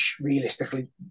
realistically